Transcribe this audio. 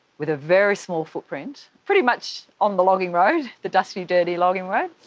with a very small footprint, pretty much on the logging road, the dusty, dirty logging road,